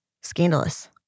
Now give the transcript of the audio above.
Scandalous